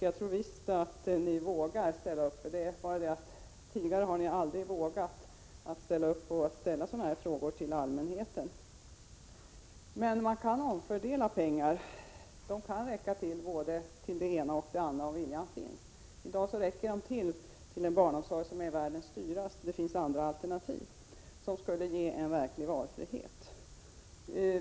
Jag tror visst att ni vågar ställa upp — men tidigare har ni inte vågat ställa sådana här frågor till allmänheten. Man kan omfördela pengar. De pengar som finns skulle räcka till både det ena och det andra om viljan finns. I dag räcker pengarna till en barnomsorg som är världens dyraste. Det finns andra alternativ, som skulle ge en verklig valfrihet.